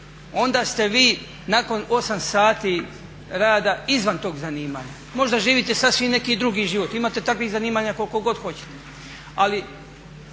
onda ste vi nakon 8 sati rada izvan tog zanimanja, možda živite sasvim neki drugi život. Imate takvih zanimanja koliko god hoćete. Ali